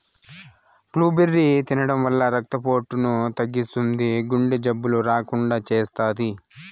blueberry తినడం వల్ల రక్త పోటును తగ్గిస్తుంది, గుండె జబ్బులు రాకుండా చేస్తాది